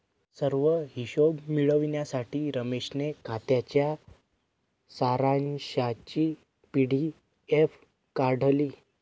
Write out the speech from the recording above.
सर्व हिशोब मिळविण्यासाठी रमेशने खात्याच्या सारांशची पी.डी.एफ काढली